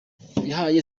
yahaye